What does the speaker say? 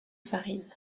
farine